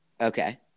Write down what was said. Okay